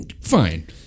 Fine